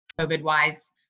COVID-wise